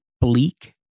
bleak